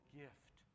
gift